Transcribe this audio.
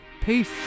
Peace